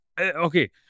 Okay